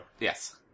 Yes